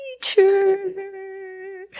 teacher